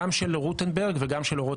גם של רוטנברג וגם של אורות